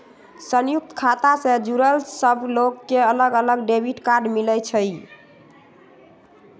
संयुक्त खाता से जुड़ल सब लोग के अलग अलग डेबिट कार्ड मिलई छई